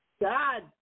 God